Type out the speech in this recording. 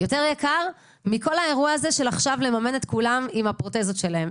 יותר יקר מכל האירוע הזה של עכשיו לממן את כולם עם הפרוטזות שלהם.